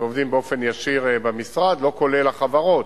שעובדים באופן ישיר במשרד, לא כולל החברות,